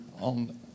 on